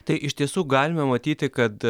tai iš tiesų galime matyti kad